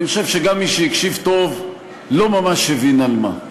אני חושב שגם מי שהקשיב טוב לא ממש הבין על מה.